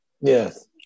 Yes